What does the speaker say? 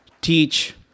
teach